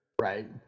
right